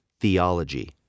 theology